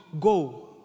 go